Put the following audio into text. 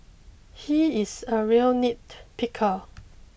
he is a real nitpicker